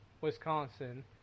Wisconsin